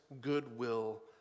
goodwill